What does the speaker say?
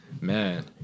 man